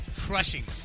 Crushing